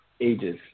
ages